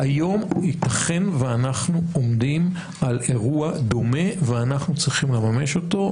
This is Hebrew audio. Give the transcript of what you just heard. היום ייתכן שאנחנו עומדים על אירוע דומה ואנחנו צריכים לממש אותו,